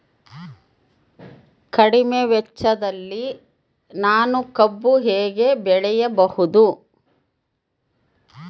ಕಡಿಮೆ ವೆಚ್ಚದಲ್ಲಿ ನಾನು ಕಬ್ಬು ಹೇಗೆ ಬೆಳೆಯಬಹುದು?